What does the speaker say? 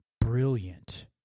brilliant